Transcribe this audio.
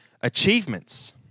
achievements